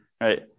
Right